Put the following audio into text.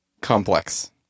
complex